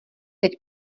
teď